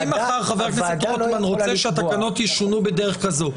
אם מחר חבר הכנסת רוטמן רוצה שהתקנות ישונו בדרך כזאת,